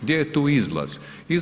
Gdje je tu izlaz?